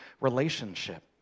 relationship